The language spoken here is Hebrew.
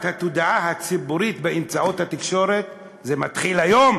התודעה הציבורית באמצעות התקשורת מתחיל היום.